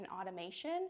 automation